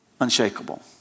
unshakable